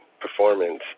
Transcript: performance